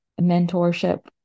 mentorship